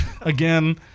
again